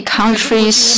countries